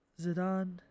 Zidane